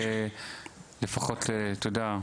לפחות --- כן,